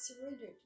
surrendered